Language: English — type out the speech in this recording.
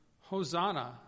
Hosanna